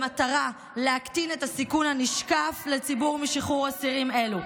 במטרה להקטין את הסיכון הנשקף לציבור בשחרור אסירים אלו.